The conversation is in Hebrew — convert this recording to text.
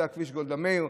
זה כביש גולדה מאיר.